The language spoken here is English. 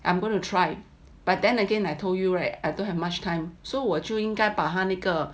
I'm going to try but then again I told you right I don't have much time so 我就应该把他那个